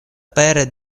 pere